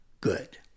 good